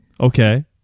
Okay